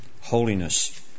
holiness